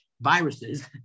viruses